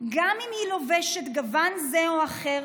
"גם אם היא לובשת גוון זה או אחר.